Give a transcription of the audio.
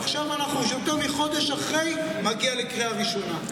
עכשיו, יותר מחודש אחרי, זה מגיע לקריאה ראשונה.